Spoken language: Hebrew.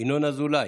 ינון אזולאי,